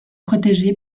protégé